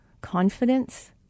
confidence